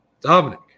Dominic